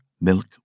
Milk